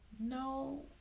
No